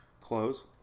close